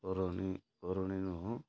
କରଣି କରଣି ନୁହ